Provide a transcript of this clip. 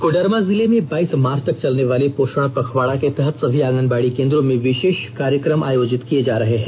कोडरमा जिले में बाईस मार्च तक चलने वाले पोषण पखवाड़ा के तहत सभी आंगनबाड़ी केंद्रों में विषेष कार्यक्रम आयोजित किये जा रहे हैं